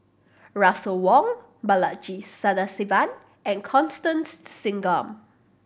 Russel Wong Balaji Sadasivan and Constance Singam